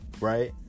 right